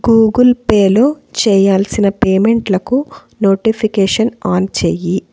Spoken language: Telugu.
గూగుల్ పేలో చేయాల్సిన పేమెంట్లకు నోటిఫికేషన్ ఆన్ చెయ్యి